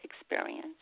experience